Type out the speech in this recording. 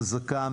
חזקה,